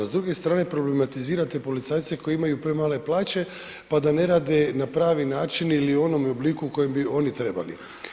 S druge strane, problematizirate policajce koji imaju premale plaće, pa da ne rade na pravi način ili u onome obliku u kojem bi oni trebali.